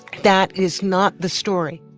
that is not the story